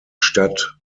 stadt